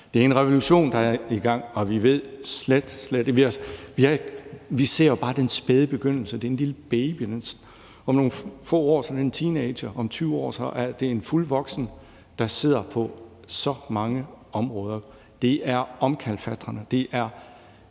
Det er en revolution, der er i gang, og vi ser bare den spæde begyndelse. Det er en lille baby; om nogle få år er det en teenager, og om 20 år er det en fuldvoksen, der sidder på så mange områder. Det er omkalfatrende, og det er